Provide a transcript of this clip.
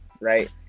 right